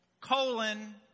colon